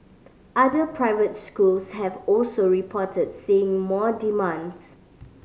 other private schools have also reported seeing more demands